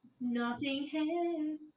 Nottingham